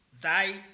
thy